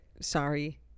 Sorry